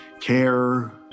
care